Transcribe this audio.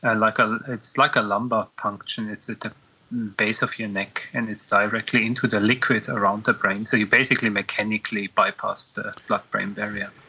ah like ah it's like a lumbar puncture, and it's at the base of your neck, and it's directly into the liquid around the brain, so you basically mechanically bypass the blood-brain barrier.